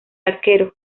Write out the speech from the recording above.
arquero